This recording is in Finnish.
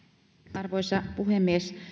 arvoisa puhemies